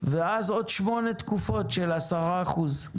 אז עוד 8 תקופות של 10 אחוזים.